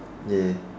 ya